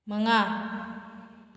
ꯃꯉꯥ